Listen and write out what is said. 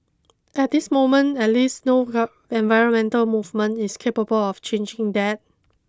at this moment at least no environmental movement is capable of changing that